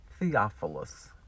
Theophilus